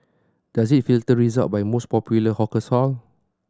does it filter result by most popular hawker stall